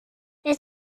das